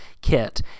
kit